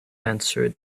answered